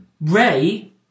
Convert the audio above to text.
Ray